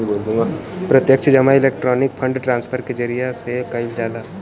प्रत्यक्ष जमा electronic fund transfer के जरिया से कईल जाला